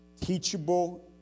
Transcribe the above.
teachable